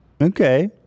Okay